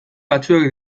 batzuek